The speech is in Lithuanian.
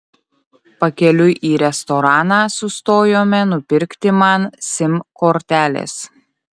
pakeliui į restoraną sustojome nupirkti man sim kortelės